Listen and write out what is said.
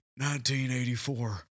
1984